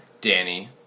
Danny